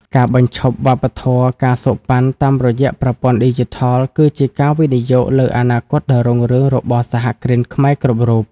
ការបញ្ឈប់វប្បធម៌ ការសូកប៉ាន់ តាមរយៈប្រព័ន្ធឌីជីថល គឺជាការវិនិយោគលើអនាគតដ៏រុងរឿងរបស់សហគ្រិនខ្មែរគ្រប់រូប។